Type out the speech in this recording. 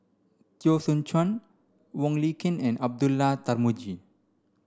Teo Soon Chuan Wong Lin Ken and Abdullah Tarmugi